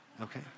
okay